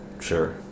Sure